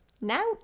Now